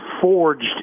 forged